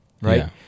right